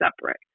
separate